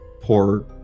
poor